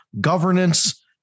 governance